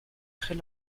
très